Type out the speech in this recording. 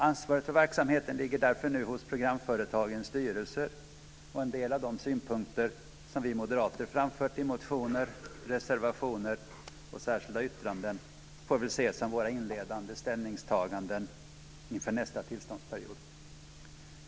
Ansvaret för verksamheten ligger därför hos programföretagens styrelser, och en del av de synpunkter vi moderater framfört i motioner, reservationer och särskilda yttranden får väl ses som våra inledande ställningstaganden inför nästa tillståndsperiod.